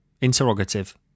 Interrogative